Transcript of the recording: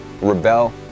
rebel